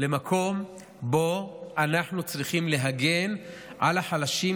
למקום שבו אנחנו צריכים להגן על החלשים,